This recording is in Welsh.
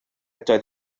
doedd